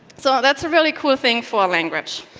so that's a really cool thing for a language.